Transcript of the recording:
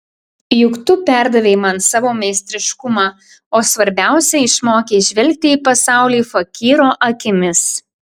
juk tu perdavei man savo meistriškumą o svarbiausia išmokei žvelgti į pasaulį fakyro akimis